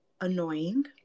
annoying